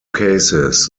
cases